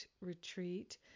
Retreat